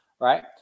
right